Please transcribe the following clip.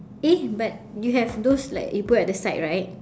eh but you have those like you put at the side right